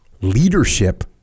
leadership